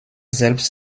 selbst